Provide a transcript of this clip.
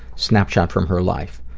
snapshot from her life,